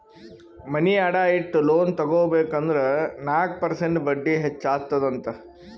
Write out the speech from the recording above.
ಮನಿ ಅಡಾ ಇಟ್ಟು ಲೋನ್ ತಗೋಬೇಕ್ ಅಂದುರ್ ನಾಕ್ ಪರ್ಸೆಂಟ್ ಬಡ್ಡಿ ಹೆಚ್ಚ ಅತ್ತುದ್ ಅಂತ್